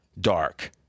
dark